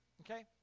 Okay